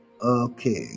Okay